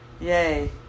Yay